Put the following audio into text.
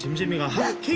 give me a hug.